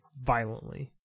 violently